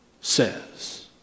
says